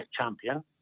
champion